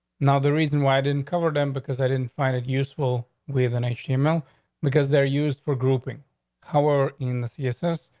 now the reason why i didn't cover them because i didn't find it useful within a she male because they're used for grouping our in the thesis,